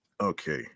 okay